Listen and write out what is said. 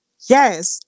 yes